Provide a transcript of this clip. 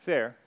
Fair